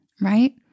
right